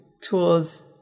tools